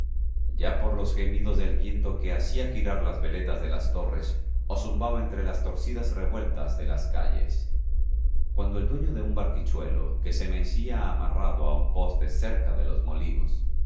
ya por los gemidos del viento que hacía girar las veletas de las torres o zumbaba entre las torcidas revueltas de las calles cuando el dueño de un barquichuelo que se mecía amarrado a un poste cerca de los molinos